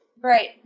Right